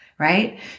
right